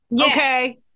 Okay